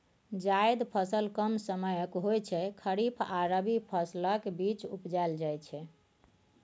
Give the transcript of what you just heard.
जाएद फसल कम समयक होइ छै खरीफ आ रबी फसलक बीच उपजाएल जाइ छै